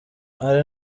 hari